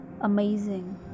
Amazing